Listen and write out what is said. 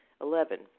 eleven